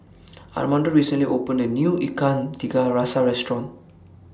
Armando recently opened A New Ikan Tiga Rasa Restaurant